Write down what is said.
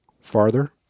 farther